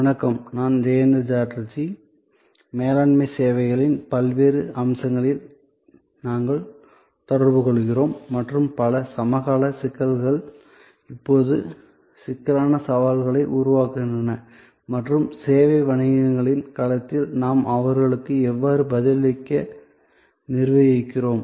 வணக்கம் நான் ஜெயந்த சாட்டர்ஜி மேலாண்மை சேவைகளின் பல்வேறு அம்சங்களில் நாங்கள் தொடர்பு கொள்கிறோம் மற்றும் பல சமகால சிக்கல்கள் இப்போது சிக்கலான சவால்களை உருவாக்குகின்றன மற்றும் சேவை வணிகங்களின் களத்தில் நாம் அவர்களுக்கு எவ்வாறு பதிலளிக்க நிர்வகிக்கிறோம்